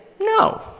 no